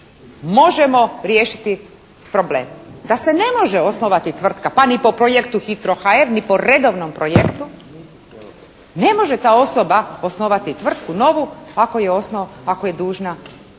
možemo riješiti problem. Da se ne može osnovati tvrtka pa ni po projektu «Hitro HR» ni po redovnom projektu ne može ta osoba osnovati tvrtku novu, ako je dužna staroj